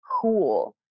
cool